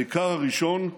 העיקר הראשון,